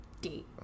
date